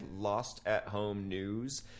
LostAtHomeNews